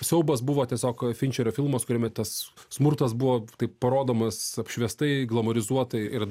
siaubas buvo tiesiog finčerio filmas kuriame tas smurtas buvo taip parodomas apšviestai glamorizuotai ir